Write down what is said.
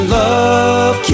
love